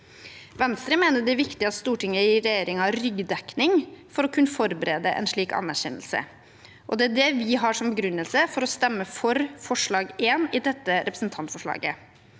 Venstre mener det er viktig at Stortinget gir regjeringen ryggdekning for å kunne forberede en slik anerkjennelse, og det er det vi har som begrunnelse for å stemme for forslag nr. 1 i dette representantforslaget.